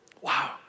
wow